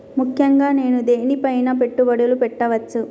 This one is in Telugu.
ముఖ్యంగా నేను దేని పైనా పెట్టుబడులు పెట్టవచ్చు?